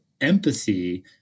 empathy